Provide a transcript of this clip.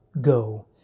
Go